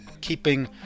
keeping